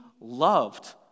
loved